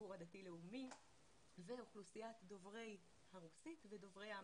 הציבור הדתי לאומי ואוכלוסיות דוברי הרוסית ודוברי האמהרית.